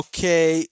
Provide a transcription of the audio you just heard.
Okay